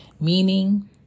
meaning